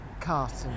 carton